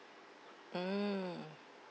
mm